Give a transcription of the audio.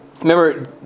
Remember